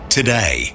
today